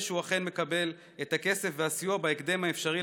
שהוא אכן מקבל את הכסף והסיוע לתושבים